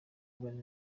bane